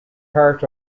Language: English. heart